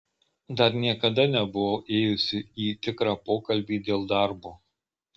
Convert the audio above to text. dar niekada nebuvau ėjusi į tikrą pokalbį dėl darbo